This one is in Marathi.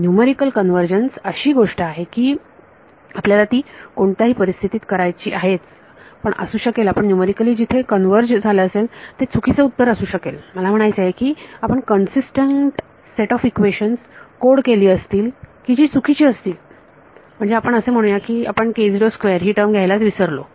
न्यूमरिकल कन्वर्जन्स अशी गोष्ट आहे की आपल्याला ती कोणत्याही परिस्थितीत करायची आहेच पण असू शकेल आपण न्यूमरिकली जिथे कन्वर्ज झालं असेल ते चुकीचे उत्तर असू शकेल मला म्हणायचे आहे की आपण consistent set of equations code केली असतील की जी चुकीची असतील म्हणजे आपण असे म्हणूया की आपण ही टर्म घ्यायलाच विसरलो